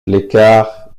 l’écart